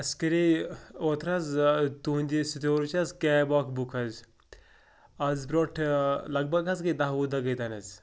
اَسہِ کَرے اوترٕ حظ تُہنٛدِ سٹورٕچ حظ کیب اَکھ بُک حظ آز برونٛٹھ لگ بگ حظ گٔے دَہ وُہ دَہ گٔے تَن حظ